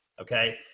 okay